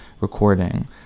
recording